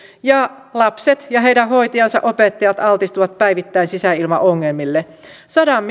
ja lapset ja heidän hoitajansa opettajat altistuvat päivittäin sisäilmaongelmille sadalla